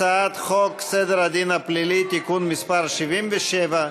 הצעת חוק סדר הדין הפלילי (תיקון מס' 77),